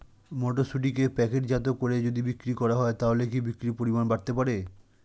মটরশুটিকে প্যাকেটজাত করে যদি বিক্রি করা হয় তাহলে কি বিক্রি পরিমাণ বাড়তে পারে?